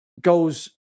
goes